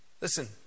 Listen